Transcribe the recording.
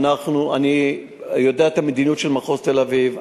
אני יודע את המדיניות של מחוז תל-אביב,